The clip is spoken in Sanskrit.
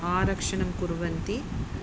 आरक्षणं कुर्वन्ति